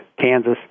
Kansas